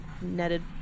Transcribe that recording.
netted